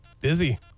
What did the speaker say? Busy